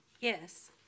Yes